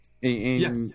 Yes